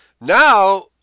Now